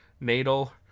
Natal